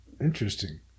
Interesting